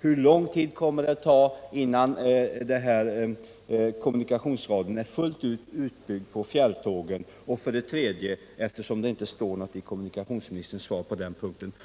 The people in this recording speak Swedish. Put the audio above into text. Hur lång tid kommer det att ta innan kommunikationsradion är fullt utbyggd på fjärrtågen? Och — eftersom det inte framgår av kommunikationsministerns svar